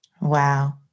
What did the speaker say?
Wow